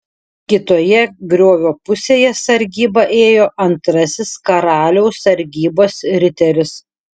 kitoje griovio pusėje sargybą ėjo antrasis karaliaus sargybos riteris